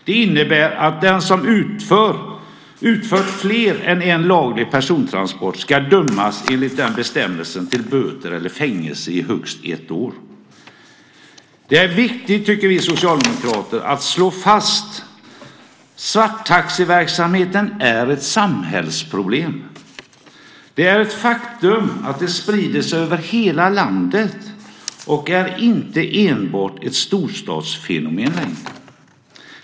Det innebär att den som utfört fler än en olaglig persontransport enligt bestämmelsen ska dömas till böter eller fängelse i högst ett år. Vi socialdemokrater tycker att det är viktigt att slå fast att svarttaxiverksamheten är ett samhällsproblem. Det är ett faktum att det sprider sig över hela landet. Det är inte längre enbart ett storstadsfenomen.